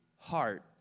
heart